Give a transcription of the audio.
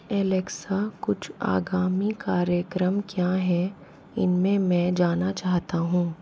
Alexa कुछ आगामी कार्यक्रम क्या हैं इनमें मैं जाना चाहता हूँ